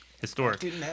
historic